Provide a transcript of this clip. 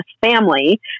family